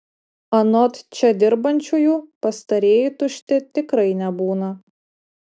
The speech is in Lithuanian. anot čia dirbančiųjų pastarieji tušti tikrai nebūna